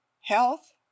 health